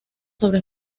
sobre